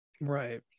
Right